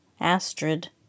Astrid